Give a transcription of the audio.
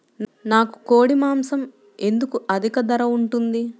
నాకు కోడి మాసం ఎందుకు అధిక ధర ఉంటుంది?